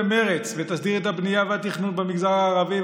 במרץ ותסדיר את הבנייה והתכנון במגזר הערבי,